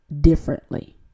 differently